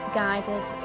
guided